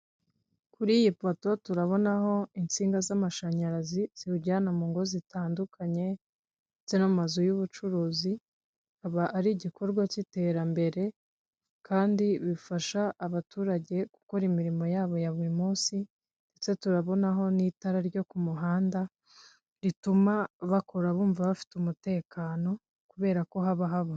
Kuri iyi ipoto turabonaho insinga z'amashanyarazi ziwujyana mu ngo zitandukanye ndetse n'amazu y'ubucuruzi, aba ari igikorwa k'iterambere kandi bifasha abaturage gukora imirimo yabo ya buri munsi ndetse turabonaho n'itara ryo ku muhanda rituma bakora bumva bafite umutekano kubera ko haba haba.